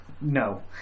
no